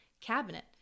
cabinet